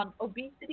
Obesity